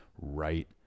right